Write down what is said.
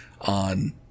on